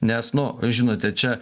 nes nu žinote čia